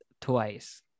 twice